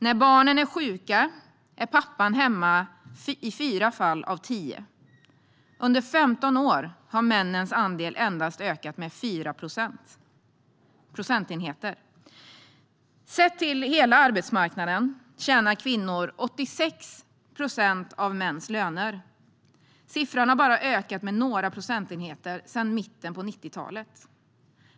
När barnen är sjuka är pappan hemma i fyra fall av tio. Under 15 år har männens andel endast ökat med fyra procentenheter. Sett till hela arbetsmarknaden tjänar kvinnor 86 procent av mäns löner. Siffran har bara ökat med några procentenheter sedan mitten av 90-talet.